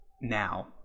now